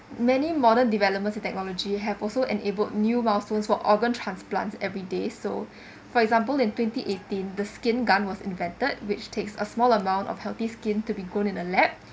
many modern developments in technology have also enabled new milestones for organ transplants every day so for example in twenty eighteen the skin gun was invented which takes a small amount of healthy skin to be grown in a lab